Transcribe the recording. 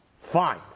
Fine